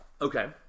Okay